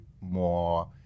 more